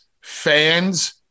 fans